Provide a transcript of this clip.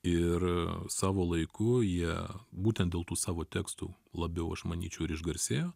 ir savo laiku jie būtent dėl tų savo tekstų labiau aš manyčiau ir išgarsėjo